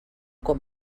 com